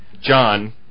John